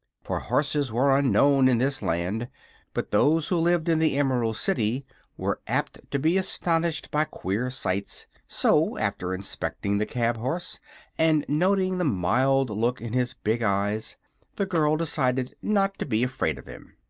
for horses were unknown in this land but those who lived in the emerald city were apt to be astonished by queer sights, so after inspecting the cab-horse and noting the mild look in his big eyes the girl decided not to be afraid of him.